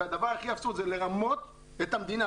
זה הדבר הכי אבסורד זה לרמות את המדינה,